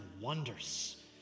wonders